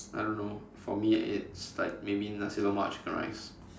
I don't know for me it's like maybe nasi lemak chicken rice